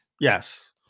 yes